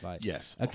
Yes